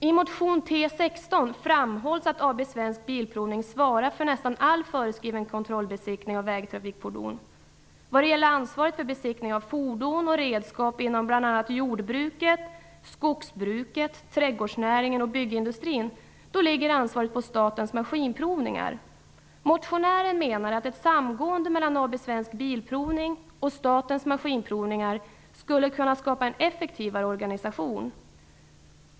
I motion T16 framhålls att AB Svensk Bilprovning svarar för nästan all föreskriven kontrollbesiktning av vägtrafikfordon. Vad gäller ansvaret för besiktning av fordon och redskap inom bl.a. jordbruket, skogsbruket, trädgårdsnäringen och byggindustrin ligger ansvaret på Statens maskinprovningar. Motionären menar att ett samgående mellan AB Svensk Bilprovning och Statens maskinprovningar skulle kunna skapa en effektivare organisation.